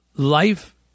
Life